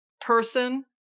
person